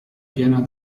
piena